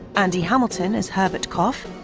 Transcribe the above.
andy hamilton as herbert cough,